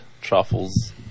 truffles